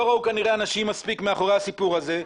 לא ראו כנראה אנשים מספיק מאחורי הסיפור הזה.